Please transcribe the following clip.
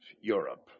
Europe